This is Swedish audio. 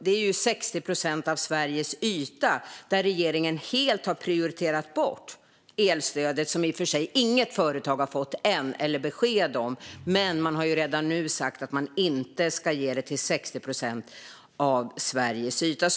Det är 60 procent av Sveriges yta där regeringen helt har prioriterat bort elstödet - i och för sig har inget företag ännu fått något elstöd eller något besked om det, men man har redan nu sagt att man inte ska ge det till 60 procent av Sveriges yta.